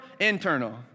internal